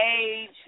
age